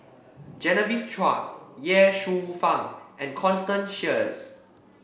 Genevieve Chua Ye Shufang and Constance Sheares